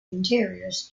interiors